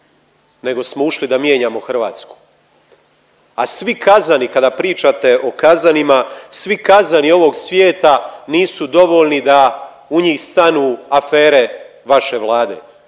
nego smo ušli da mijenjamo Hrvatsku. A svi kazani, kada pričate o kazanima, svi kazani ovog svijeta nisu dovoljni da u njih stanu afere vaše Vlade.